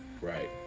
Right